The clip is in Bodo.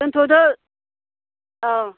दोन्थ'दो औ